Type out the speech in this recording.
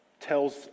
tells